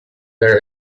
their